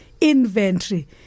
inventory